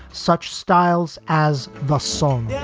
such styles as the song yeah